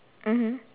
mmhmm